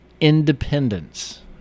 independence